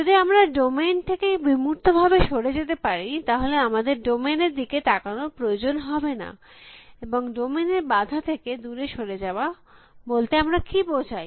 যদি আমরা ডোমেইন থেকে বিমূর্ত ভাবে সরে যেতে পারি তাহলে আমাদের ডোমেইন এর দিকে তাকানোর প্রয়োজন হবে না এবং ডোমেইন এর বাধা থেকে দুরে সরে যাওয়া বলতে আমরা কী বোঝাই